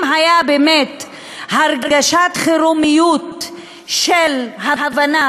אם הייתה באמת הרגשת חירומיות של הבנה